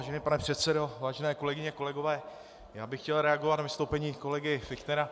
Vážený pane předsedo, vážené kolegyně, kolegové, já bych chtěl reagovat na vystoupení kolegy Fichtnera.